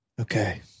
Okay